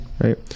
right